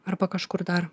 arba kažkur dar